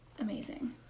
amazing